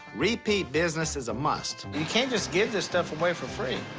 repeat business is a must. you can't just give this stuff away for free.